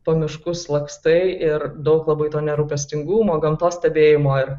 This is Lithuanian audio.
po miškus lakstai ir daug labai to nerūpestingumo gamtos stebėjimo ir